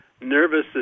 nervous